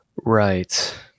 Right